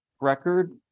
record